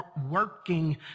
working